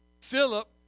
Philip